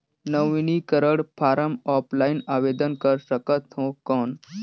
नवीनीकरण form offline आवेदन कर सकत हो कौन?